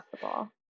possible